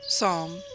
Psalm